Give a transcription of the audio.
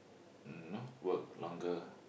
um not work longer